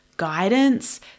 guidance